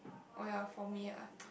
oh ya for me ah